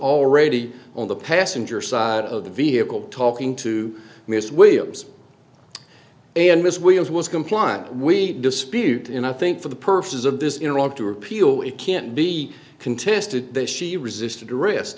already on the passenger side of the vehicle talking to miss williams and miss williams was compliant we dispute and i think for the purposes of this iraq to appeal it can't be contested that she resisted arres